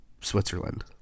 Switzerland